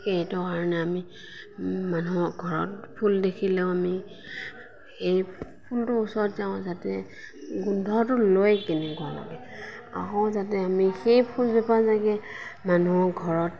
সেইটো কাৰণে আমি মানুহৰ ঘৰত ফুল দেখিলেও আমি সেই ফুলটোৰ ওচৰত যাওঁ যাতে গোন্ধটো লৈ কেনেকুৱা লাগে আকৌ যাতে আমি সেই ফুলজোপা যাতে মানুহৰ ঘৰত